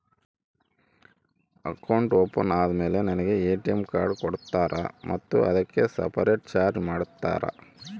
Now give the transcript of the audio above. Account open ಆದಮೇಲೆ ನನಗೆ ATM card ಕೊಡ್ತೇರಾ ಮತ್ತು ಅದಕ್ಕೆ ಸಪರೇಟ್ ಚಾರ್ಜ್ ಮಾಡ್ತೇರಾ?